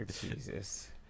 jesus